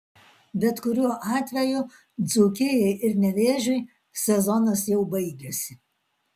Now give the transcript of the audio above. bet kuriuo atveju dzūkijai ir nevėžiui sezonas jau baigėsi